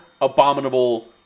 abominable